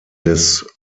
des